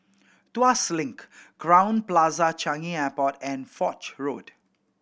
Tuas Link Crowne Plaza Changi Airport and Foch Road